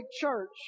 church